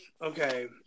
Okay